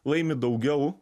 laimi daugiau